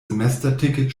semesterticket